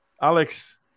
Alex